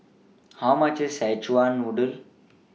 How much IS Szechuan Noodle